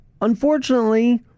Unfortunately